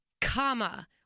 comma